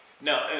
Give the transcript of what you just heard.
no